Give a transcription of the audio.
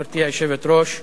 גברתי היושבת-ראש,